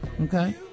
Okay